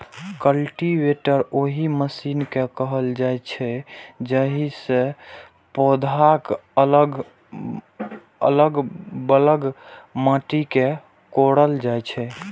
cultivator ओहि machine कें कहल जाइ छै, जाहि सं पौधाक अलग बगल माटि कें कोड़ल जाइ छै